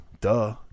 duh